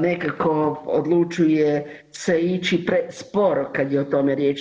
nekako odlučuje se ići presporo kad je o tome riječ.